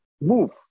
move